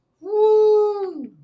Woo